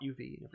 UV